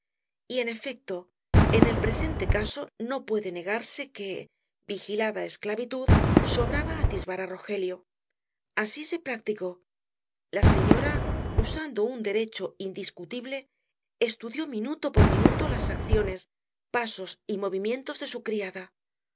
y en efecto en el presente caso no puede negarse que vigilada esclavitud sobraba atisbar á rogelio así se practicó la señora usando de un derecho indiscutible estudió minuto por minuto las acciones pasos y movimientos de su criada